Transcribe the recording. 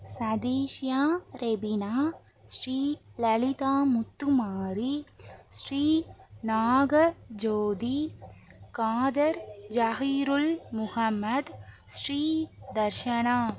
Sathishiya Revina Shri Lalitha Muthumari Shri Naga Jothi Khader Zahirul Muhammad Shri Darshana